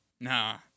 Nah